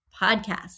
podcast